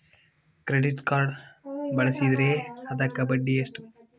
Credit card ಬಳಸಿದ್ರೇ ಅದಕ್ಕ ಬಡ್ಡಿ ಎಷ್ಟು?